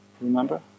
Remember